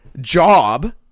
job